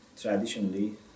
traditionally